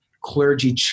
clergy